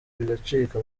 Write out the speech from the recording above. bigacika